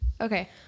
Okay